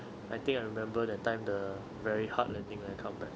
I think I remember that time the very hard landing when I come back